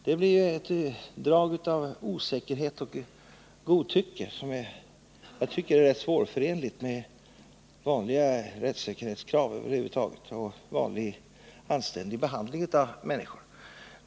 Det blir ett drag av osäkerhet och godtycke som är svårförenligt med vanliga rättssäkerhetskrav och med en anständig behandling av människor.